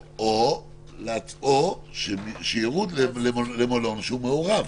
או שיורו לצאת למלון שהוא מעורב.